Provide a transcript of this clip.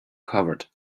covered